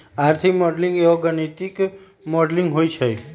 आर्थिक मॉडलिंग एगो गणितीक मॉडलिंग होइ छइ